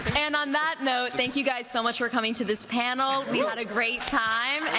and on that note, thank you guys so much for coming to this panel. we had a great time and